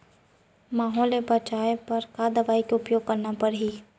माहो ले बचाओ बर का दवई के उपयोग करना हे?